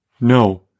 No